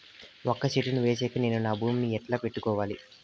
వక్క చెట్టును వేసేకి నేను నా భూమి ని ఎట్లా పెట్టుకోవాలి?